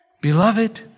Beloved